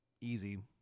easy